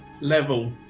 level